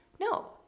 No